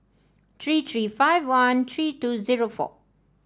three three five one three two zero four